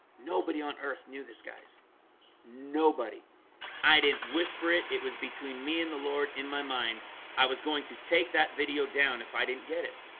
nobody on earth knew this guys nobody i didn't whisper it it was between me and the lord in my mind i was going to take that video down if i didn't get it